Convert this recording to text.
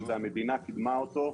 והמדינה קידמה אותו,